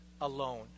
alone